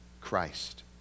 Christ